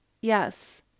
yes